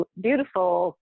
beautiful